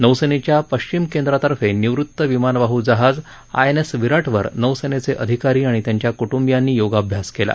नौसेनेच्या पश्चिम केंद्रातर्फे निवृत्त विमानवाहू जहाज आयएनएस विराट वर नौसेनेचे अधिकारी आणि त्यांच्या कुटुंबियांनी योगाभ्यास केला